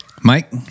Mike